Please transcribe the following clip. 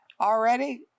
already